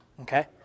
okay